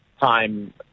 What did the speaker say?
time